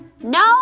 No